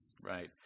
Right